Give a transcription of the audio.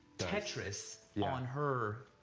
tetris yeah on her?